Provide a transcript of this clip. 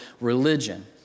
religion